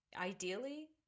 Ideally